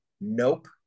nope